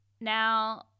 Now